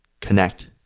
connect